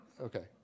okay